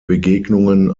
begegnungen